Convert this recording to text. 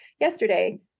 yesterday